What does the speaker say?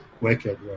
wicked